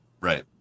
Right